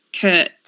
Kurt